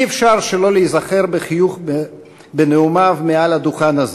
אי-אפשר שלא להיזכר בחיוך בנאומיו מעל הדוכן הזה,